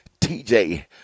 TJ